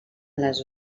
les